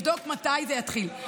אני אבדוק מתי זה יתחיל.